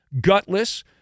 gutless